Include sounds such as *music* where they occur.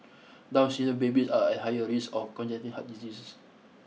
Down syndrome babies are at higher risk of *unintelligible* heart diseases